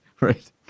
Right